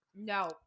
No